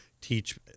teach